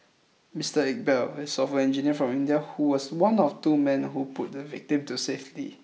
Mister Iqbal a software engineer from India who was one of two men who pulled the victim to safety